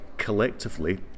Collectively